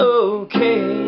okay